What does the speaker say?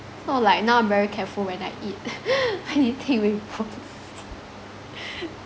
so like now I'm very careful when I eat anything with bones